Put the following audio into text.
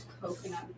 coconut